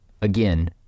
Again